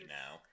now